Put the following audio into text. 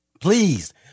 Please